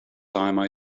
time